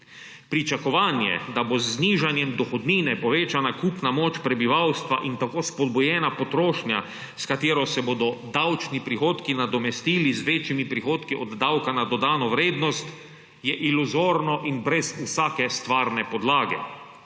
Pričakovanje, da do z znižanjem dohodnine povečana kupna moč prebivalstva in tako spodbujena potrošnja, s katero se bodo davčni prihodki nadomestili z večjimi prihodki od davka na dodano vrednost, je iluzorno in brez vsake stvarne podlage.